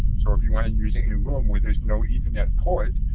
so if you want to use it in a room where there is no internet port,